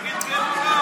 תגיד כן או לא.